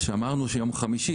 שאמרנו שיום חמישי,